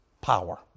power